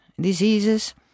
diseases